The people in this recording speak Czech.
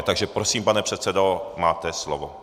Takže prosím, pane předsedo, máte slovo.